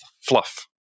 Fluff